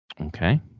Okay